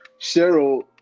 Cheryl